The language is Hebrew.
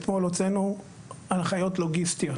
אתמול הוצאנו הנחיות לוגיסטיות.